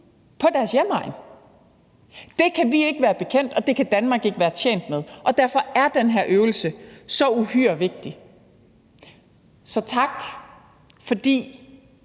på deres hjemegn. Det kan vi ikke være bekendt, og det kan Danmark ikke være tjent med. Derfor er den her øvelse så uhyre vigtig. Så tak for,